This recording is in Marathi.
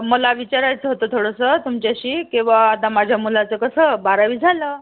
मला विचारायचं होतं थोडंसं तुमच्याशी की बुवा आता माझ्या मुलाचं कसं बारावी झालं